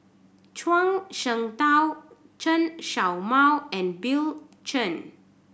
Zhuang Shengtao Chen Show Mao and Bill Chen